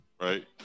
right